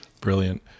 Brilliant